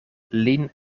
lin